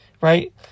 right